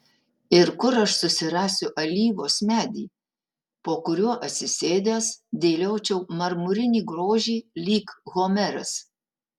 ir kur aš susirasiu alyvos medį po kuriuo atsisėdęs dėliočiau marmurinį grožį lyg homeras